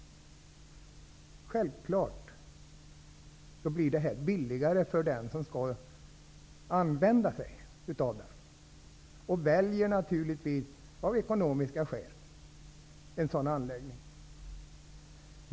Självklart blir det här billigare för den som vill använda sig av det. Då väljer man naturligtvis av ekonomiska skäl en sådan anläggning.